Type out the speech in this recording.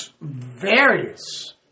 various